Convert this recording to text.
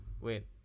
wait